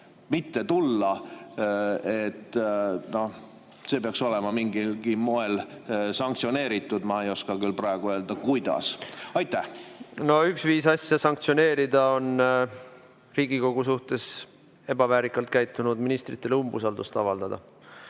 mitte tulla – see peaks olema mingilgi moel sanktsioneeritud. Ma ei oska küll praegu öelda, kuidas. Üks viis asja sanktsioneerida on Riigikogu suhtes ebaväärikalt käitunud ministritele umbusaldust avaldada.